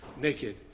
naked